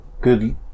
good